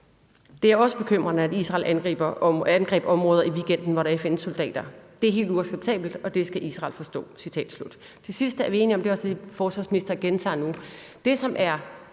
Det er også bekymrende, at Israel angreb områder i weekenden, hvor der er FN-soldater. Det er helt uacceptabelt, og det skal Israel forstå.« Det sidste er vi enige om. Det er også det, forsvarsministeren gentager nu.